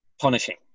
punishing